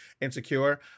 insecure